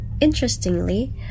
Interestingly